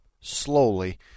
slowly